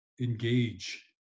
engage